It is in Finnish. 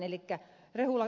elikkä ed